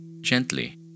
Gently